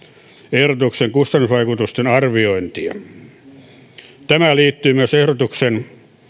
ehdotuksen kustannusvaikutusten arviointia tämä liittyy myös ehdotuksen